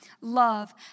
love